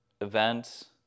event